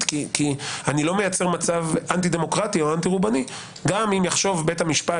כי אני לא מייצר מצב אנטי-דמוקרטי גם אם יחשוב בית המשפט